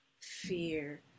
fear